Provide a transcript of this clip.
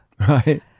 Right